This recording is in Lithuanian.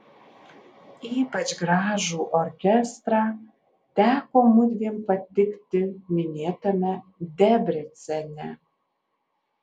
ypač gražų orkestrą teko mudviem patikti minėtame debrecene